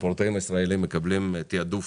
שהספורטאים הישראלים מקבלים תעדוף